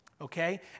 okay